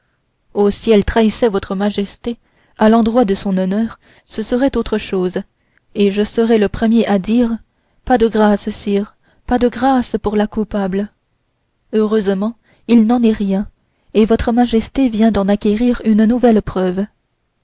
si elle trahissait votre majesté à l'endroit de son honneur ce serait autre chose et je serais le premier à dire pas de grâce sire pas de grâce pour la coupable heureusement il n'en est rien et votre majesté vient d'en acquérir une nouvelle preuve